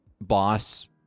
boss